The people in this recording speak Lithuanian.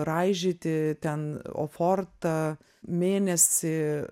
raižyti ten ofortą mėnesi